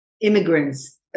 immigrants